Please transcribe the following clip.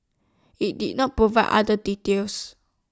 IT did not provide other details